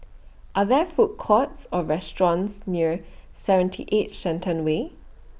Are There Food Courts Or restaurants near seventy eight Shenton Way